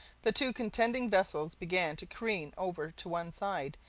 the two contending vessels began to careen over to one side,